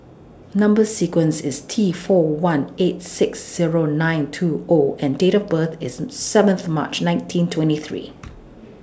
Number sequence IS T four one eight six Zero nine two O and Date of birth IS seventh March nineteen twenty three